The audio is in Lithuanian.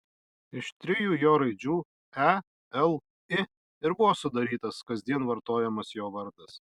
iš trijų jo raidžių e l i ir buvo sudarytas kasdien vartojamas jo vardas